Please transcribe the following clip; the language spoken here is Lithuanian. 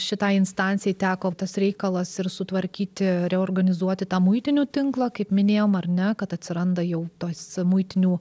šitai instancijai teko tas reikalas ir sutvarkyti reorganizuoti tą muitinių tinklą kaip minėjom ar ne kad atsiranda jau tos muitinių